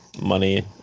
money